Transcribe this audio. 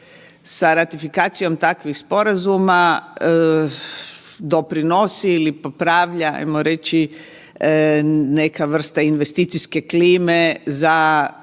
sa ratifikacijom takvih sporazuma doprinosi ili popravlja ajmo reći neka vrsta investicijske klime za